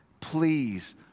please